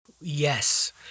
Yes